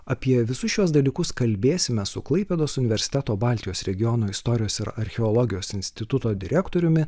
apie visus šiuos dalykus kalbėsime su klaipėdos universiteto baltijos regiono istorijos ir archeologijos instituto direktoriumi